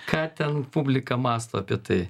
ką ten publika mąsto apie tai